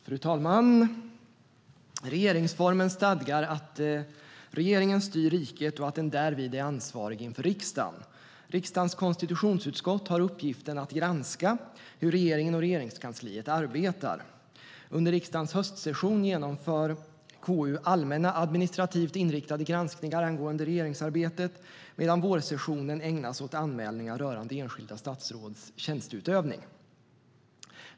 Fru talman! Regeringsformen stadgar att regeringen styr riket och att den därvid är ansvarig inför riksdagen. Riksdagens konstitutionsutskott har uppgiften att granska hur regeringen och Regeringskansliet arbetar. Under riksdagens höstsession genomför KU allmänna, administrativt inriktade granskningar angående regeringsarbetet, medan vårsessionen ägnas åt anmälningar rörande enskilda statsråds tjänsteutövning.